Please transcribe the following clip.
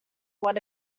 what